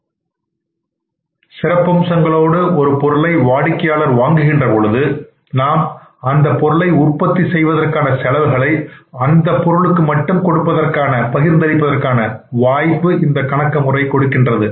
வாடிக்கையாளர்கள் சிறப்பம்சங்களோடு ஒரு பொருளை வாங்குகின்ற பொழுது நாம் அந்தபொருளை உற்பத்தி செய்வதற்கான செலவுகளை அந்த பொருளுக்கு மட்டும் கொடுப்பதற்கான பகிர்ந்து அளிப்பதற்கான வாய்ப்பு இந்த கணக்கியல் முறை கொடுக்கின்றது